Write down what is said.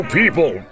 people